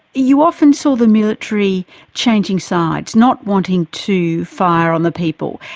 you often saw the military changing sides, not wanting to fire on the people.